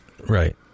Right